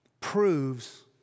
proves